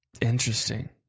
Interesting